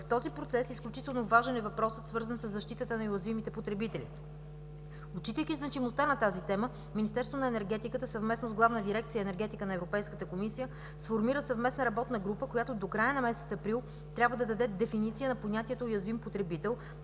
В този процес изключително важен е въпросът, свързан със защитата на уязвимите потребители. Отчитайки значимостта на тази тема Министерството на енергетиката съвместно с Главна дирекция „Енергетика” на Европейската комисия сформира съвместна работна група, която до края на месец април трябва да даде дефиниция на понятието „уязвим потребител”,